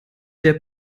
der